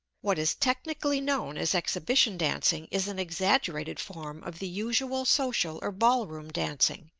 what is technically known as exhibition dancing is an exaggerated form of the usual social or ballroom dancing.